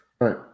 Right